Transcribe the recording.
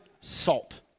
salt